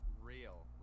real